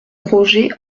roger